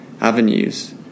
avenues